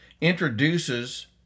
introduces